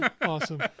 awesome